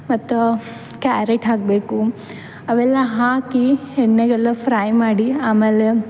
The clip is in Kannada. ಮತ್ತು ಕ್ಯಾರೇಟ್ ಹಾಕಬೇಕು ಅವೆಲ್ಲ ಹಾಕಿ ಎಣ್ಣೆಗೆಲ್ಲ ಫ್ರೈ ಮಾಡಿ ಆಮೆಲೇ